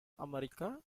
amerika